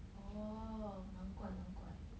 oh 难怪难怪